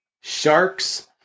sharks